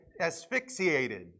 asphyxiated